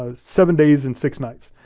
ah seven days and six nights.